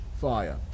fire